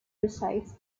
resides